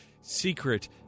secret